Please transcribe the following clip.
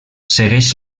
segueix